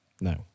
no